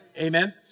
Amen